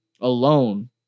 alone